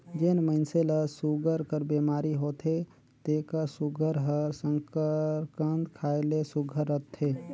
जेन मइनसे ल सूगर कर बेमारी होथे तेकर सूगर हर सकरकंद खाए ले सुग्घर रहथे